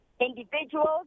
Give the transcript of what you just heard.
individuals